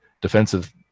defensive